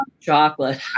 chocolate